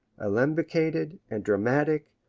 alembicated and dramatic,